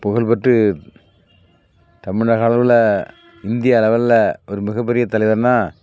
புகழ் பெற்று தமிழக அளவில் இந்தியா லெவலில் ஒரு மிகப்பெரிய தலைவர்னால்